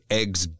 eggs